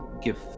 give